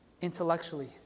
intellectually